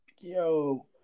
Yo